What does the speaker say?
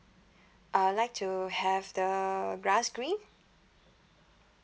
I'd like to have the grass green